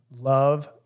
love